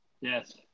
Yes